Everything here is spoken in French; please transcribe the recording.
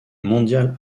mondial